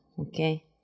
Okay